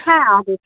হ্যাঁ অবশ্যই